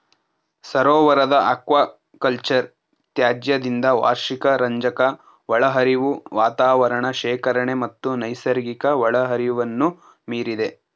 ಸರೋವರದ ಅಕ್ವಾಕಲ್ಚರ್ ತ್ಯಾಜ್ಯದಿಂದ ವಾರ್ಷಿಕ ರಂಜಕ ಒಳಹರಿವು ವಾತಾವರಣ ಶೇಖರಣೆ ಮತ್ತು ನೈಸರ್ಗಿಕ ಒಳಹರಿವನ್ನು ಮೀರಿದೆ